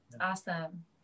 Awesome